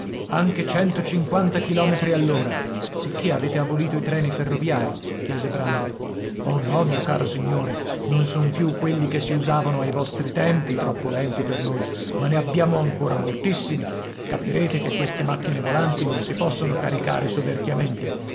io nche chilometri all'ora sicché avete abolito i treni ferroviari chiese brandok oh no mio caro signore non son più quelli che si usavano ai vostri tempi troppo lenti per noi ma ne abbiamo ancora moltissimi capirete che queste macchine volanti non si possono caricare